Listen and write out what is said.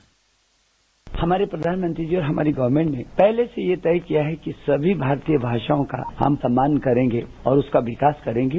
bite हमारे प्रधानमंत्री जी और हमारी गवर्नमेंट ने पहले से यह तय किया है कि सभी भारतीय भाषाओं का हम सम्मान करेंगे और उसका विकास करेंगे